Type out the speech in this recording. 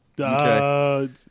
Okay